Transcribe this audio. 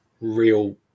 real